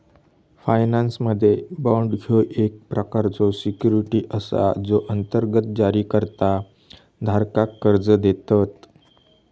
फायनान्समध्ये, बाँड ह्यो एक प्रकारचो सिक्युरिटी असा जो अंतर्गत जारीकर्ता धारकाक कर्जा देतत